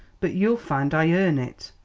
but you'll find i earn it.